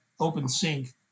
OpenSync